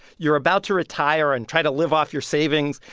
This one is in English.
you're about to retire and try to live off your savings.